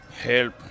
help